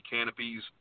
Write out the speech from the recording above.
Canopies